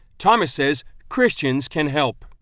thomas says christians can help.